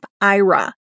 IRA